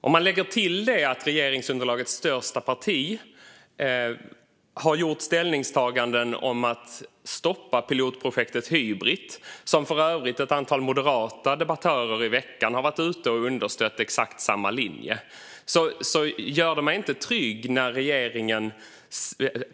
Om man lägger till att regeringsunderlagets största parti har gjort ställningstaganden om att stoppa pilotprojektet Hybrit - och för övrigt har ett antal moderata debattörer i veckan understött exakt samma linje - gör det mig inte trygg.